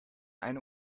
eine